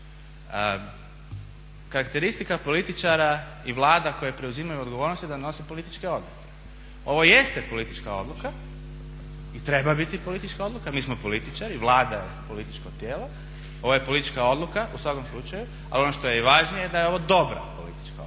Karakteristika političara i vlada koje preuzimaju odgovornost je da donose političke odluke. Ovo jeste politička odluka i treba biti politička odluka, mi smo političari, Vlada je političko tijelo, ovo je politička odluka u svakom slučaju ali ono što je i važnije da je ovo dobra politička odluka